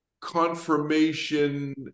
confirmation